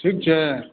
ठीक छै